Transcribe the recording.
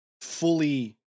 fully